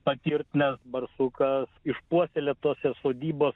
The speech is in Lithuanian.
patirt nes barsukas išpuoselėtose sodybos